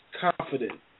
confident